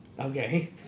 Okay